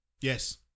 Yes